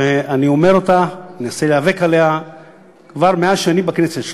ואני אומר אותה ומנסה להיאבק עליה מאז שאני בכנסת,